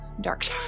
dark